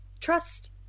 trust